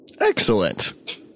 Excellent